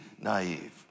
naive